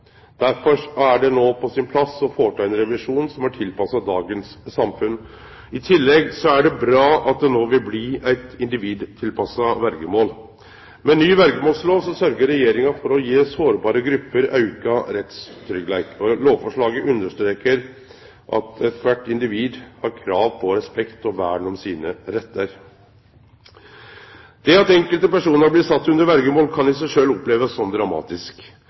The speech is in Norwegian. Derfor er det no på sin plass å føreta ein revisjon som er tilpassa dagens samfunn. I tillegg er det bra at det no vil bli eit individtilpassa verjemål. Med ny verjemålslov sørgjer Regjeringa for å gje sårbare grupper auka rettstryggleik, og lovforslaget understrekar at kvart individ har krav på respekt og vern om sine rettar. Det at enkelte personar blir sette under verjemål, kan i seg sjølv opplevast som dramatisk.